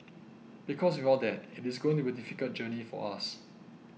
because without that it is going to be difficult journey for us